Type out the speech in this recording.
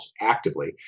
actively